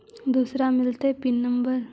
दुसरे मिलतै PIN number?